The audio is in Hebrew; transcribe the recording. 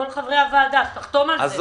כל חברי הוועדה יחתמו על זה.